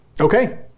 Okay